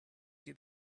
see